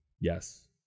Yes